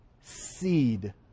seed